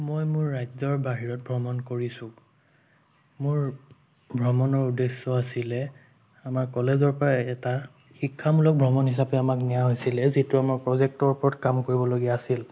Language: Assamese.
মই মোৰ ৰাজ্যৰ বাহিৰত ভ্ৰমণ কৰিছোঁ মোৰ ভ্ৰমণৰ উদ্দেশ্য আছিলে আমাৰ কলেজৰ পৰা এটা শিক্ষামূলক ভ্ৰমণ হিচাপে আমাক নিয়া হৈছিলে যিটো আমাৰ প্ৰজেক্টৰ ওপৰত কাম কৰিবলগীয়া আছিল